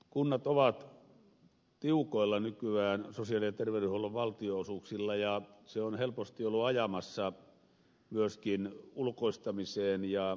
kunnat ovat tiukoilla nykyään sosiaali ja terveydenhuollon valtionosuuksilla ja se on helposti ollut ajamassa myöskin ulkoistamiseen ja palvelujen yksityistämiseen